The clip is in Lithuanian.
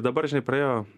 dabar žinai praėjo